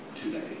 today